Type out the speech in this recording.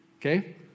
okay